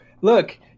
look